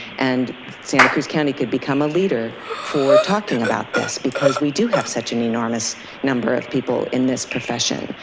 and santa cruz county could become a leader for talking about this because we do have such an enormous number of people in this profession.